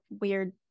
weird